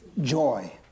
joy